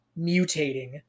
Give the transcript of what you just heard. mutating